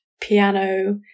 piano